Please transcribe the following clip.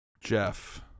jeff